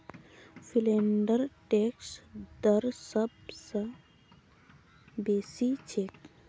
फिनलैंडेर टैक्स दर सब स बेसी छेक